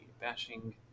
bashing